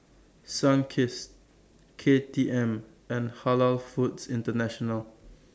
Sunkist K T M and Halal Foods International